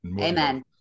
Amen